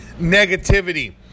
negativity